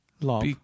love